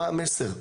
מה המסר?